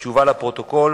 לפרוטוקול.